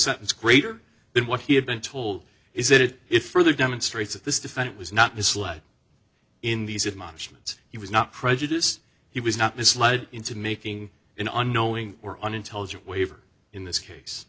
sentence greater than what he had been told is that it if further demonstrates that this defendant was not misled in these of management he was not prejudiced he was not misled into making an unknowing or unintelligent waiver in this case